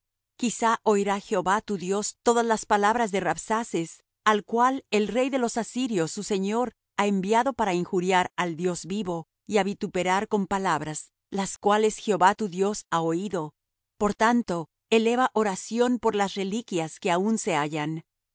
fuerzas quizá oirá jehová tu dios todas las palabras de rabsaces al cual el rey de los asirios su señor ha enviado para injuriar al dios vivo y á vituperar con palabras las cuales jehová tu dios ha oído por tanto eleva oración por las reliquias que aun se hallan vinieron pues los